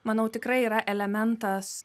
manau tikrai yra elementas